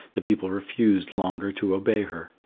the people refused longer to obey her.